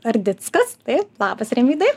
ardickas taip labas rimvydai